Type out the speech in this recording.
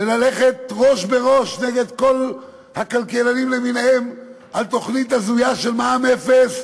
וללכת ראש בראש נגד כל הכלכלנים למיניהם על תוכנית הזויה של מע"מ אפס?